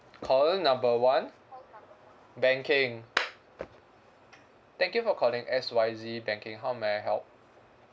call number one banking thank you for calling X Y Z banking how may I help